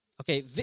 Okay